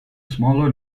smaller